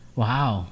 wow